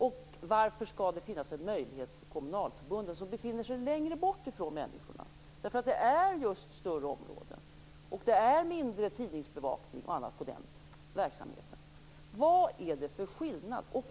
Och varför skall det finnas en möjlighet för kommunalförbunden, som befinner sig längre bort ifrån människorna att delegera? Det handlar ju om större områden, och det är mindre tidningsbevakning på den verksamheten. Vad är det för skillnad?